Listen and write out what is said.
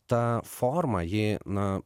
ta forma ji na